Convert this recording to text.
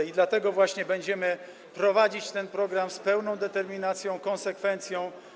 I dlatego właśnie będziemy prowadzić ten program z pełną determinacją, konsekwencją.